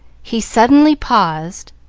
he suddenly paused,